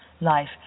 life